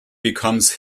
becomes